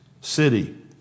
city